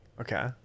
Okay